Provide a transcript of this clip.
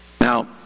Now